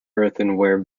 earthenware